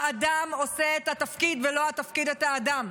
האדם עושה את התפקיד ולא התפקיד את האדם.